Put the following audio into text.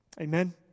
Amen